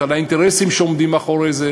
האינטרסים שעומדים מאחורי זה.